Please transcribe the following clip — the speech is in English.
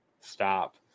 stop